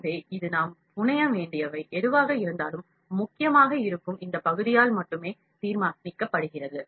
எனவே இது நாம் புனைய வேண்டியவை எதுவாக இருந்தாலும் முக்கியமாக இருக்கும் இந்த பகுதியால் மட்டுமே தீர்மானிக்கப்படுகிறது